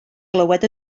glywed